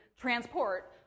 transport